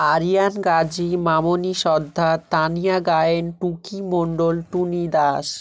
Aryan Gazi Mamoni Sardar Tania Gayen Tuki Mondal Tuni Das